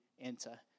enter